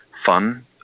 fun